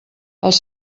els